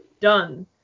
done